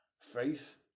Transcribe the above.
faith